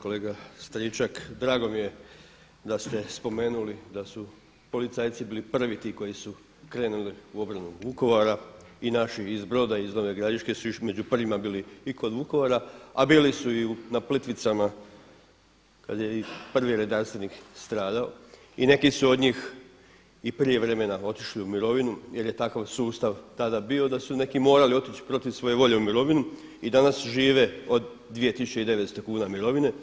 Kolega Stričak, drago mi je da ste spomenuli da su policajci bili prvi ti koji su krenuli u obranu Vukovara, i naši iz Broda i iz Nove Gradiške su još među prvima bili i kod Vukovara, a bili su i na Plitvicama kad je prvi redarstvenik stradao i neki su od njih i prije vremena otišli u mirovinu jer je takav sustav tada bio da su neki morali otići protiv svoje volje u mirovinu i danas žive od 2.900 kuna mirovine.